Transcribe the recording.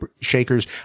shakers